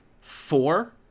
four